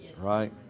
Right